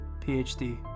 PhD